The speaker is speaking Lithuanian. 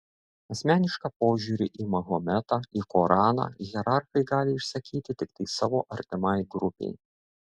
asmenišką požiūrį į mahometą į koraną hierarchai gali išsakyti tiktai savo artimai grupei